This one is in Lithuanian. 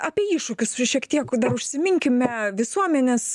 apie iššūkius su šiek tiek dar užsiminkime visuomenės